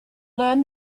learn